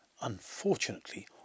Unfortunately